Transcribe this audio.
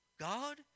God